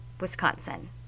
Wisconsin